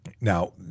Now